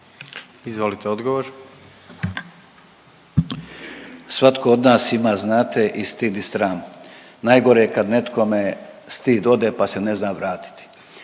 Gordan (HDZ)** Svatko od nas ima znate i stid i sram, najgore je kad nekome stid ode pa se ne zna vratiti.